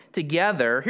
together